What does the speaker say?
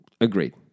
Agreed